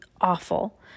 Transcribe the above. awful